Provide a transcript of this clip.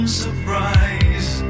surprise